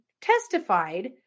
testified